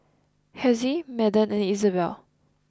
Hezzie Madden and Izabelle